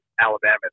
Alabama